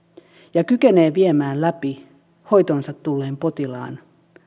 ja kykenee viemään läpi hoitoonsa tulleen potilaan